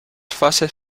fases